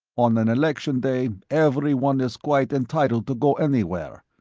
on an election day, everyone is quite entitled to go anywhere.